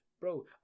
Bro